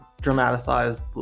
dramatized